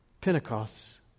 Pentecost